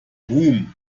ruhm